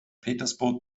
petersburg